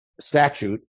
statute